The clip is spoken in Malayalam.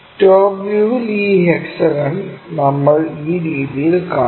ടോപ് വ്യൂവിൽ ഈ ഹെക്സഗൺ നമ്മൾ ഈ രീതിയിൽ കാണും